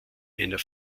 einer